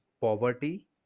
poverty